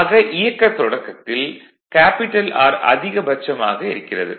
ஆக இயக்கத் தொடக்கத்தில் R அதிகபட்சமாக இருக்கிறது